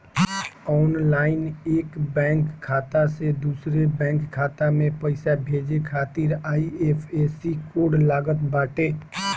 online एक bank खाता से दूसरा बैंक खाता में पईसा भेजे खातिर आई.एफ.एस.सी कोड लागत बाटे